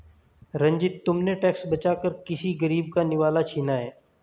रंजित, तुमने टैक्स बचाकर किसी गरीब का निवाला छीना है